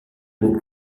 beau